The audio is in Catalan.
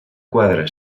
quadre